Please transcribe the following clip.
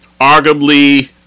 Arguably